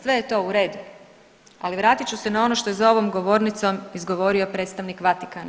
Sve je to u redu, ali vratit ću se na ono što je za ovom govornicom izgovorio predstavnik Vatikana.